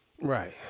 Right